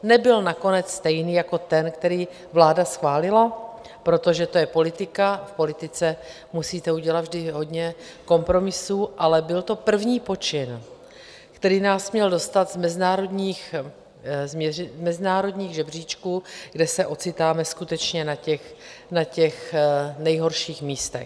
Nebyl nakonec stejný jako ten, který vláda schválila, protože to je politika a v politice musíte udělat vždy hodně kompromisů, ale byl to první počin, který nás měl dostat z mezinárodních žebříčků, kde se ocitáme skutečně na těch nejhorších místech.